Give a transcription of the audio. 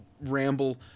ramble